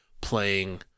playing